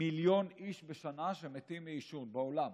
מיליון איש בשנה שמתים מעישון בעולם.